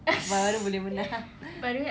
baru boleh menang